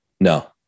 No